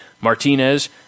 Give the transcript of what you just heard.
Martinez